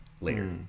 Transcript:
Later